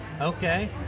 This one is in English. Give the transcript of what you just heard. Okay